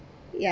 ya